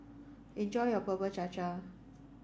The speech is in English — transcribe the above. enjoy your Bubur Cha Cha